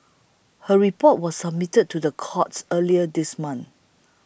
her report was submitted to the courts earlier this month